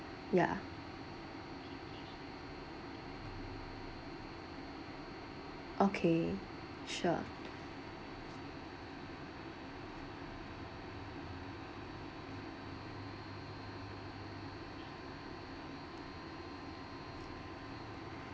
ya okay sure